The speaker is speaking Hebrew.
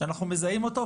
שאנחנו מזהים אותו,